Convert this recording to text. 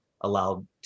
allowed